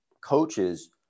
coaches